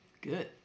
good